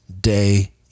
day